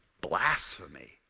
blasphemy